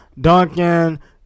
Duncan